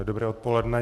Dobré odpoledne.